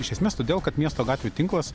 iš esmės todėl kad miesto gatvių tinklas